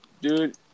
Dude